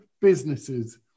businesses